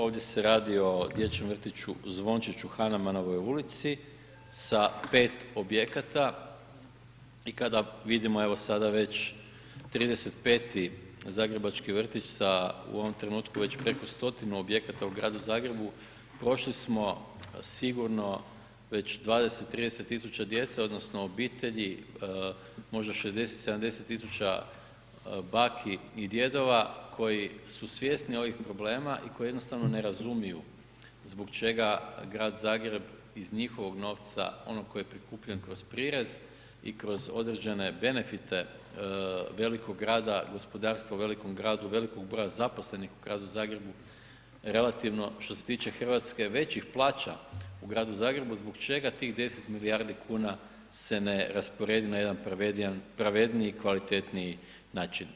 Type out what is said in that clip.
Ovdje se radi o Dječjem vrtiću Zvončić u Hanamanovoj ulici sa 5 objekata i kada vidimo, evo sada već 35 zagrebački vrtić sa, u ovom trenutku već preko stotinu objekata u gradu Zagrebu prošli smo sigurno već 20, 30 tisuća djece, odnosno obitelji, možda 60, 70 tisuća baki i djedova koji su svjesni ovih problema i koje jednostavno ne razumiju zbog čega grad Zagreb iz njihovog novca, onog koji je prikupljen kroz prirez i kroz određene benefite velikog grada, gospodarstvo u velikom gradu, velikog broja zaposlenih u gradu Zagrebu, relativno što se tiče Hrvatske većih plaća u gradu Zagrebu, zbog čega tih 10 milijardi kuna se ne rasporedi na jedan pravedniji i kvalitetniji način.